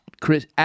Chris